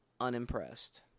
unimpressed